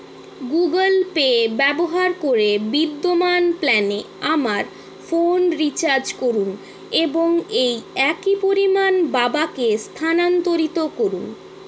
Google Pay ব্যবহার করে বিদ্যমান প্ল্যানে আমার ফোন রিচার্জ করুন এবং এই একই পরিমাণ বাবা কে স্থানান্তরিত করুন